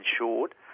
insured